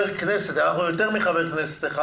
כנסת נמצאים פה יותר מחבר כנסת אחד